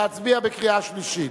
להצביע בקריאה שלישית?